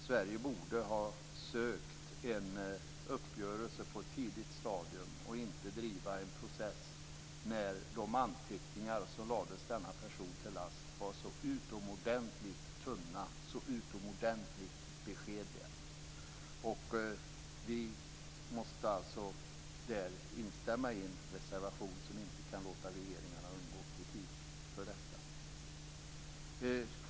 Sverige borde ha sökt en uppgörelse på ett tidigt stadium och inte drivit en process när de anteckningar som lades denne person till last var så utomordentligt tunna och beskedliga. Vi måste där instämma i en reservation som inte kan låta regeringarna undgå kritik för detta.